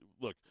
Look